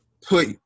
Put